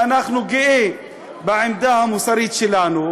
ואנחנו גאים בעמדה המוסרית שלנו,